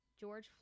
george